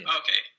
okay